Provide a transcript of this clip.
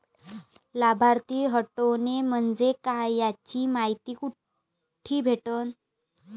लाभार्थी हटोने म्हंजे काय याची मायती कुठी भेटन?